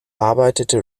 arbeitete